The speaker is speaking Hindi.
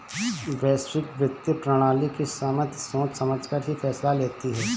वैश्विक वित्तीय प्रणाली की समिति सोच समझकर ही फैसला लेती है